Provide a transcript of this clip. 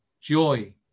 Joy